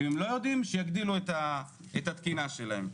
אם הם לא יודעים שיגדילו את התקינה שלהם.